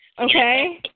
Okay